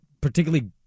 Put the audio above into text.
particularly